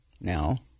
now